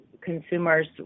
consumers